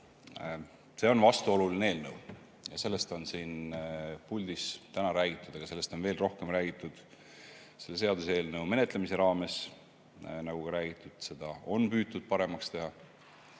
See on vastuoluline eelnõu. Sellest on siin puldis täna räägitud. Aga sellest on veel rohkem räägitud selle seaduseelnõu menetlemise raames. Nagu öeldud, seda on püütud paremaks teha.